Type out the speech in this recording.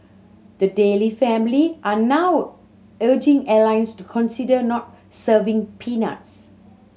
the Daley family are now urging airlines to consider not serving peanuts